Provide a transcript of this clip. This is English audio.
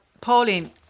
Pauline